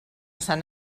sant